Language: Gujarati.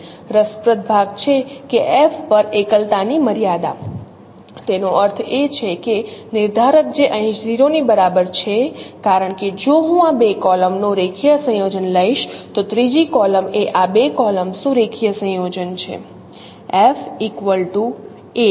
રસપ્રદ ભાગ છે કે f પરએકલતાની મર્યાદા તેનો અર્થ એ છે કે નિર્ધારક જે અહીં 0 ની બરાબર છે કારણ કે જો હું આ બે કોલમનો રેખીય સંયોજન લઈશ તો ત્રીજી કોલમ એ આ બે કોલમ્સનું રેખીય સંયોજન છે